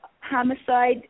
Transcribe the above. homicide